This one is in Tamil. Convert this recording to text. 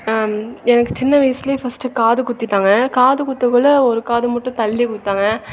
எனக்கு சின்ன வயசில் ஃபஸ்ட்டு காது குத்திட்டாங்க காது குத்தக்குள்ளே ஒரு காது மட்டும் தள்ளி குத்தானாங்க